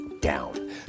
down